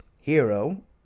hero